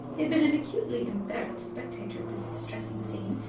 had been an acutely embarrassed spectator of this distressing scene,